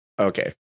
Okay